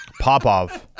Popov